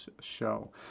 show